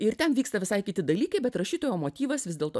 ir ten vyksta visai kiti dalykai bet rašytojo motyvas vis dėlto